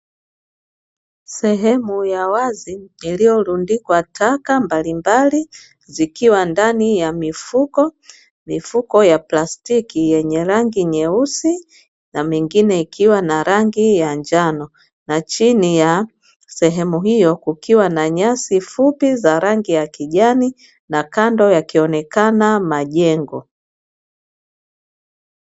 Sehemu ya wazi iliyolundikwa taka mbalimbali zikiwa ndani ya mifuko, mifuko ya plastiki yenye rangi nyeusi na mingine ikiwa na rangi ya njano na chini ya sehemu hiyo kukiwa na nyasi fupi za rangi ya kijani na kando yakionekana majengo.